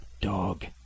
Dog